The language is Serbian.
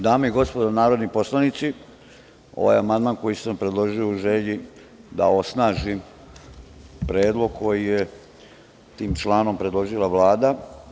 Dame i gospodo narodni poslanici, ovo amandman koji sam predložio u želji da osnažim predlog koji je tim članom predložila Vlada.